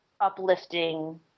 Uplifting